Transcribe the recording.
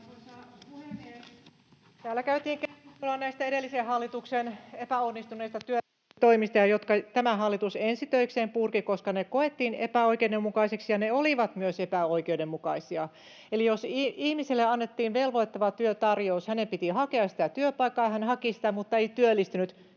Täällä käytiin keskustelua näistä edellisen hallituksen epäonnistuneista työllisyystoimista, jotka tämä hallitus ensi töikseen purki, koska ne koettiin epäoikeudenmukaisiksi ja ne olivat myös epäoikeudenmukaisia. Eli jos ihmiselle annettiin velvoittava työtarjous, hänen piti hakea sitä työpaikkaa, hän haki sitä, mutta ei työllistynyt,